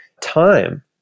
time